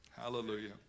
Hallelujah